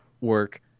work